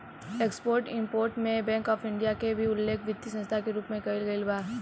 export import में Bank of India के भी उल्लेख वित्तीय संस्था के रूप में कईल गईल बा